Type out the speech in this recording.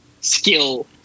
skill